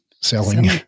selling